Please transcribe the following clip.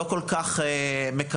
לא כל כך מקבלים.